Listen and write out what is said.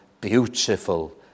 beautiful